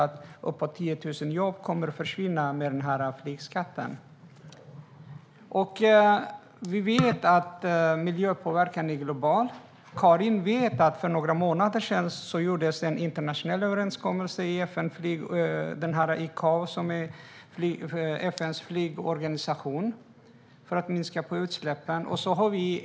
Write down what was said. Även Svenskt Näringsliv har kommit fram till detta. Vi vet att miljöpåverkan är global. Karin vet att det för några månader sedan gjordes en internationell överenskommelse i FN:s flygorganisation ICAO för att minska utsläppen.